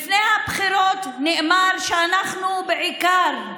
לפני הבחירות נאמר שאנחנו בעיקר,